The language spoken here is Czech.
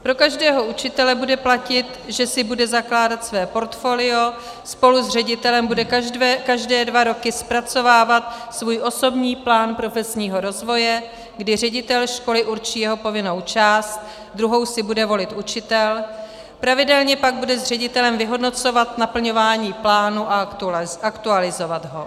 Pro každého učitele bude platit, že si bude zakládat své portfolio, spolu s ředitelem bude každé dva roky zpracovávat svůj osobní plán profesního rozvoje, kdy ředitel školy určí jeho povinnou část, druhou si bude volit učitel, pravidelně pak bude s ředitelem vyhodnocovat naplňování plánu a aktualizovat ho.